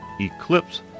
Eclipse